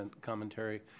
commentary